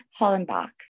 Hollenbach